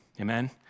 Amen